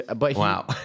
Wow